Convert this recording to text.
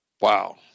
Wow